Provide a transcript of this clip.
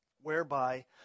whereby